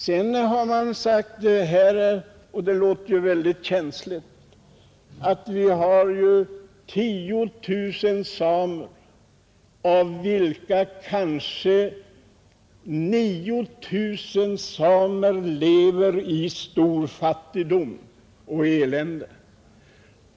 Vidare har herr Takman sagt, och det låter mycket känsligt, att vi har 10 000 samer av vilka kanske 9 000 lever i stor fattigdom och i elände.